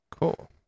Cool